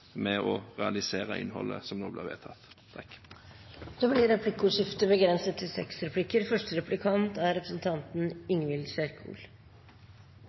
med å realisere innholdet som nå blir vedtatt. Det blir replikkordskifte.